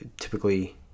typically